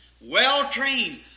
well-trained